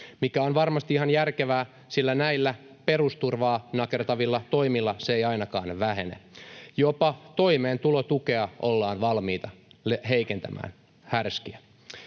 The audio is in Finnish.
mikä on varmasti ihan järkevää, sillä näillä perusturvaa nakertavilla toimilla se ei ainakaan vähene. Jopa toimeentulotukea ollaan valmiita heikentämään — härskiä.